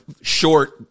short